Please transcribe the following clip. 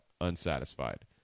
unsatisfied